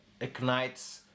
ignites